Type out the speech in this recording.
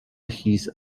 his